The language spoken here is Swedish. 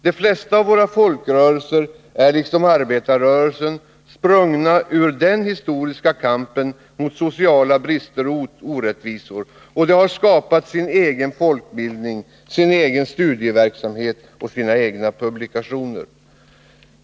De flesta av dem är liksom arbetarrörelsen sprungna ur den historiska kampen mot sociala brister och orättvisor, och de har skapat sin egen folkbildning, sin egen studieverksamhet och sina egna publikationer.